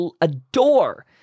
adore